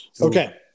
Okay